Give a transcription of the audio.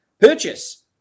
purchase